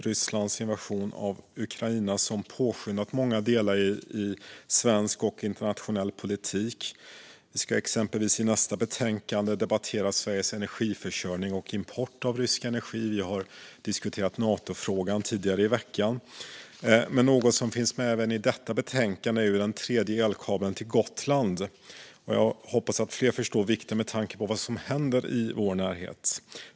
Rysslands invasion av Ukraina har påskyndat många delar i svensk och internationell politik. Vi ska exempelvis under en kommande punkt debattera betänkandet Sveriges energiförsörjning och import av rysk energi . Och vi har diskuterat Natofrågan tidigare i veckan. Något som finns med även i detta betänkande är den tredje elkabeln till Gotland. Jag hoppas att fler förstår vikten av det, med tanke på vad som händer i vår närhet.